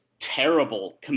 terrible